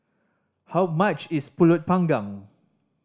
how much is Pulut Panggang